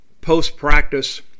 post-practice